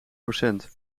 procent